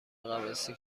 غواصی